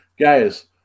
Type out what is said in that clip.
guys